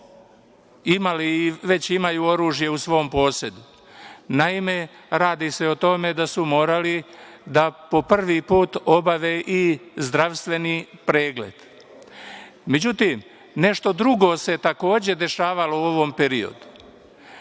imali i već imaju oružje u svom posedu. Naime, radi se o tome da su morali da po prvi put obave i zdravstveni pregled. Međutim, nešto drugo se, takođe, dešavalo u ovom periodu.